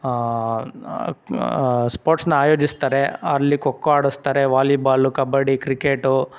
ಸ್ಪೋರ್ಟ್ಸ್ನ ಆಯೋಜಿಸ್ತಾರೆ ಅಲ್ಲಿ ಖೊ ಖೋ ಆಡಿಸ್ತಾರೆ ವಾಲಿಬಾಲು ಕಬಡ್ಡಿ ಕ್ರಿಕೆಟು